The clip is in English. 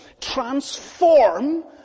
transform